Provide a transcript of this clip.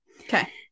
Okay